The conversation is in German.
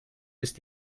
ist